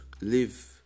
live